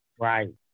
right